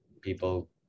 people